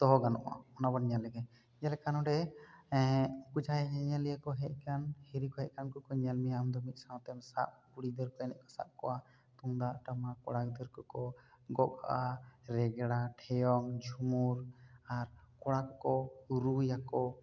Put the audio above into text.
ᱫᱚᱦᱚ ᱜᱟᱱᱚᱜᱼᱟ ᱚᱱᱟ ᱵᱚᱱ ᱧᱮᱞ ᱞᱮᱜᱮ ᱡᱮᱞᱮᱠᱟ ᱱᱚᱰᱮ ᱩᱱᱠᱩ ᱡᱟᱦᱟᱸᱭ ᱧᱮᱧᱮᱞᱤᱭᱟᱹ ᱠᱚ ᱦᱮᱡ ᱠᱟᱱ ᱦᱤᱨᱤ ᱠᱚ ᱦᱮᱡ ᱠᱟᱱ ᱩᱱᱠᱩ ᱠᱚ ᱧᱮᱞ ᱢᱮᱭᱟ ᱟᱢ ᱫᱚ ᱢᱤᱫ ᱥᱟᱶ ᱛᱮᱢ ᱥᱟᱵ ᱠᱩᱲᱤ ᱜᱤᱫᱟᱹᱨ ᱠᱚ ᱮᱱᱮᱡ ᱠᱚ ᱥᱟᱵ ᱠᱚᱭᱟ ᱛᱩᱢᱫᱟᱜ ᱴᱟᱢᱟᱠ ᱠᱚᱲᱟ ᱜᱤᱫᱟᱹᱨ ᱠᱚᱠᱚ ᱜᱚᱜ ᱠᱟᱜᱼᱟ ᱨᱮᱜᱽᱲᱟ ᱴᱷᱮᱭᱚᱝ ᱡᱷᱩᱢᱩ ᱟᱨ ᱠᱚᱲᱟ ᱠᱚᱠᱚ ᱨᱩᱭᱟᱠᱚ ᱟᱨ